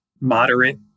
moderate